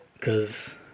Cause